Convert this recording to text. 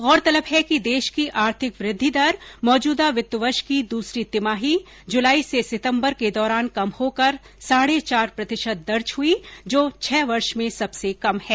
गौरतलब है कि देश की आर्थिक वृद्धि दर मौजूदा वित्त वर्ष की दूसरी तिमाही जुलाई से सितंबर के दौरान कम होकर साढ़े चार प्रतिशत दर्ज हुई जो छह वर्ष में सबसे कम है